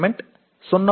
25 ஆகும்